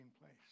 place